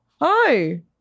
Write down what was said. Hi